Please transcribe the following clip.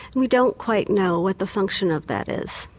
and we don't quite know what the function of that is.